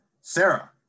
Sarah